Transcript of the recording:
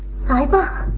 sahiba.